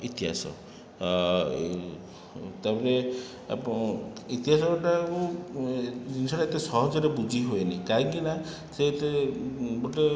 ଇତିହାସ ତା'ପରେ ଇତିହାସ ଗୋଟିଏ ୟାକୁ ଜିନିଷଟା ଏତେ ସହଜରେ ବୁଝି ହୁଏନି କାହିଁକିନା ସେ ଏତେ ଗୋଟିଏ